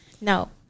No